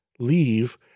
leave